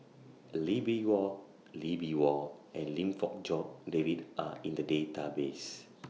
Lee Bee Wah Lee Bee Wah and Lim Fong Jock David Are in The Database